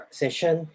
session